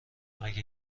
مگه